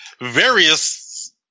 various